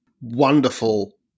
wonderful